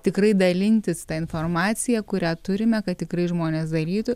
tikrai dalintis ta informacija kurią turime kad tikrai žmonės darytų